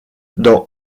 dans